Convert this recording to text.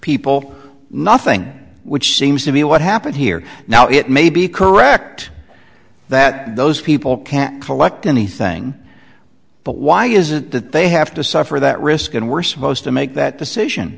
people nothing which seems to be what happened here now it may be correct that those people can't collect anything but why is it that they have to suffer that risk and we're supposed to make that decision